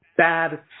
Bad